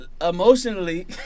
Emotionally